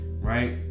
Right